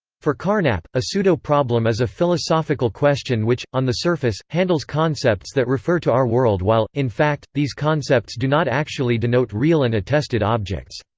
for carnap, a pseudo-problem is a philosophical question which, on the surface, handles concepts that refer to our world while, in fact, these concepts do not actually denote real and attested objects.